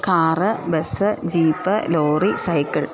car bus jeep lorry cycle